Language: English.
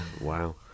wow